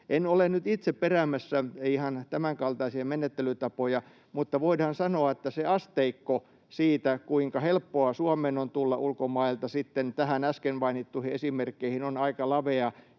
En ole nyt itse peräämässä ihan tämänkaltaisia menettelytapoja, mutta voidaan sanoa, että se asteikko siinä, kuinka helppoa Suomeen on tulla ulkomailta verrattuna näihin äsken mainittuihin esimerkkeihin, on aika lavea,